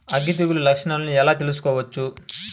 అగ్గి తెగులు లక్షణాలను ఎలా తెలుసుకోవచ్చు?